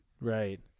Right